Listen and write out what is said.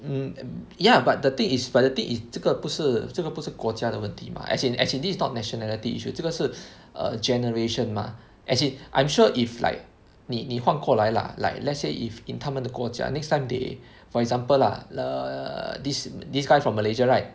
mm and ya but the thing is but the thing is 这个不是这个不是国家的问题 mah as in as in this is not nationality issue 这个是 err generation mah as in I'm sure if like 你你换过来 lah like let's say if in 他们的国家 next time they for example lah err this this guy from Malaysia right